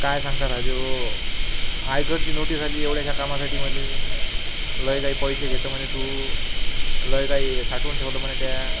काय सांगता राजे ओ आयकडची नोटिस आली एवढ्याश्या कामासाठी मला लय काही पैसे घेतं म्हणे तू लय काही साठवून ठेवलं म्हणे त्या